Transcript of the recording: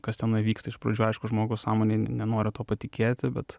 kas tenai vyksta iš pradžių aišku žmogaus sąmonė ne nenori tuo patikėti bet